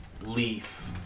leaf